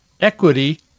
Equity